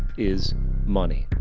is money.